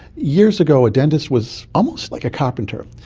years ago a dentist was almost like a carpenter.